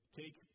take